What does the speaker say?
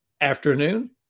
afternoon